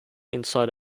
inside